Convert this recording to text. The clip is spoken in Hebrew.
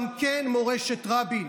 וגם זו מורשת רבין.